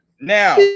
now